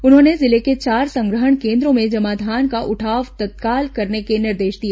उन्होंने जिले के चार संग्रहण केन्द्रो में जमा धान का उठाव तत्काल करने के निर्देश दिए